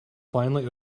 finally